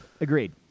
agreed